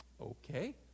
Okay